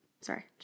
sorry